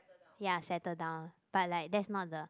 ya settle down but like that's not the